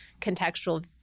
contextual